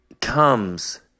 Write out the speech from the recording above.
comes